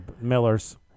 Millers